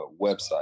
website